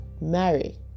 marry